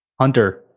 Hunter